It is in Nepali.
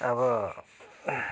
अब